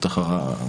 ככה,